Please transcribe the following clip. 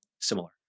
similar